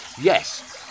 Yes